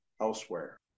elsewhere